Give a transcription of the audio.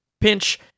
pinch